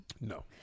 no